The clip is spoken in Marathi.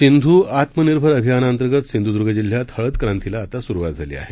सिंधु आत्मनिर्भर अभियानांतर्गत सिंधुदूर्ग जिल्ह्यात हळदक्रांतीला आता सुरूवात झाली आहे